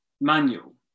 manual